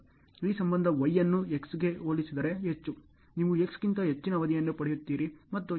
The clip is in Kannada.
ಈ ಸಂಬಂಧ Y ಎನ್ನು X ಗೆ ಹೋಲಿಸಿದರೆ ಹೆಚ್ಚು ನೀವು X ಗಿಂತ ಹೆಚ್ಚಿನ ಅವಧಿಯನ್ನು ಪಡೆಯುತ್ತೀರಿ ಮತ್ತು Y ಹೆಚ್ಚು